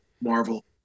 marvel